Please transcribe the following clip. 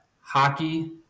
hockey